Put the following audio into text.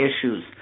issues